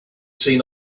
seen